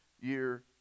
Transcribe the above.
year